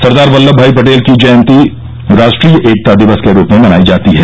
सरदार Vallabhbhai Patel की जयंती राष्ट्रीय एकता दिवस के रूप में मनाई जाती है